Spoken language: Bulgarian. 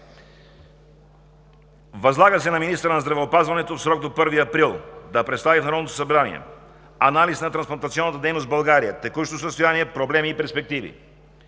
„Възлага се на министъра на здравеопазването в срок до 1 април 2019 г. да представи в Народното събрание: - анализ на трансплантационната дейност в България – текущо състояние, проблеми и перспективи;